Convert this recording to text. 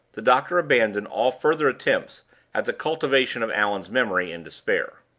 the doctor abandoned all further attempts at the cultivation of allan's memory in despair.